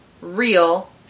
real